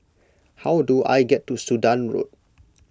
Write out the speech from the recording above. how do I get to Sudan Road